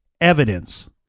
evidence